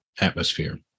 atmosphere